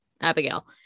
Abigail